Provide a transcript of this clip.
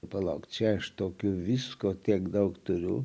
palauk čia aš tokių visko tiek daug turiu